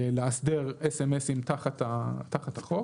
לאסדר סמסים תחת החוק.